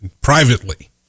privately